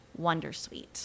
wondersuite